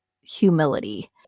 humility